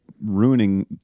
ruining